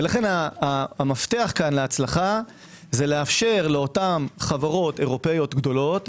לכן המפתח כאן להצלחה הוא לאפשר לאותן חברות אירופאיות גדולות,